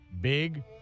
big